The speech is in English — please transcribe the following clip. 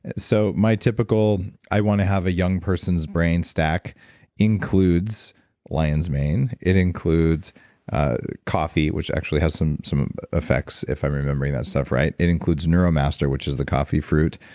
so, my typical, i want to have a young person's brain stack includes lion's mane, it includes ah coffee, which actually has some some effects if i'm remembering that stuff right, it includes neuro master which is the coffee fruit,